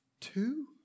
two